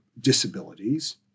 disabilities